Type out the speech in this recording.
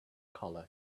collar